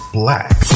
black